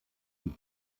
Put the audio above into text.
die